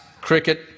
cricket